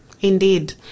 Indeed